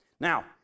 Now